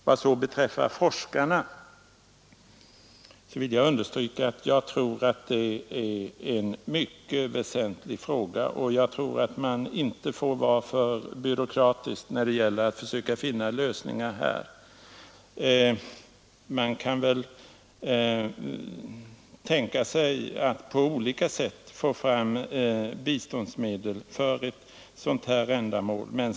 Vad slutligen beträffar forskarna vill jag understryka att jag anser det vara en mycket väsentlig fråga, där man inte får vara för byråkratisk när man söker finna lösningar för dem. Man kan tänka sig att få fram biståndsmedel på olika sätt för de ändamål som det här gäller.